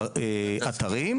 ארבעה אתרים.